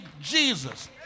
Jesus